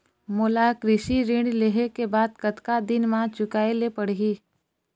मोला कृषि ऋण लेहे के बाद कतका दिन मा चुकाए ले पड़ही?